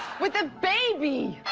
with a baby.